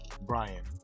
Brian